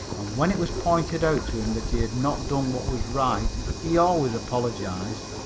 and when it was pointed out to him that he had not done what was right he always apologized.